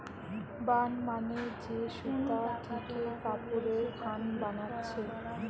burn মানে যে সুতা থিকে কাপড়ের খান বানাচ্ছে